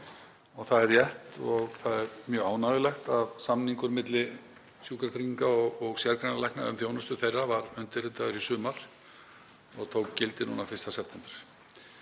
Það er rétt og það er mjög ánægjulegt að samningur milli Sjúkratrygginga og sérgreinalækna um þjónustu þeirra var undirritaður í sumar og tók gildi núna 1. september.